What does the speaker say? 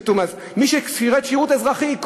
מי ששירת שירות אזרחי,